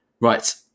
Right